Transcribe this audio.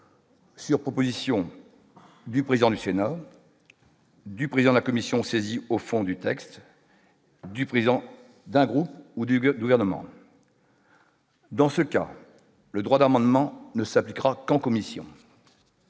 Sur proposition du président du Sénat, du président de la commission, saisie au fond du texte du président d'un groupe où 2 nouvelles demandes. Dans ce cas, le droit d'amendement, ne s'appliquera qu'en commission.